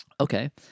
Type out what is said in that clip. Okay